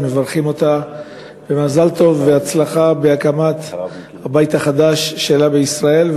אז אנחנו מברכים אותה במזל טוב ובהצלחה בהקמת הבית החדש שלה בישראל,